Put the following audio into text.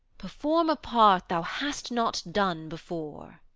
perform a part thou hast not done before.